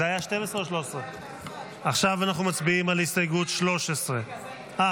נצביע כעת על הסתייגות מס' 12. הצבעה.